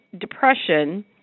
depression